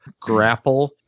grapple